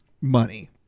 Money